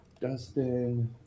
Dustin